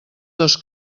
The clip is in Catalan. dos